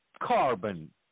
carbon